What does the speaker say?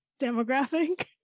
demographic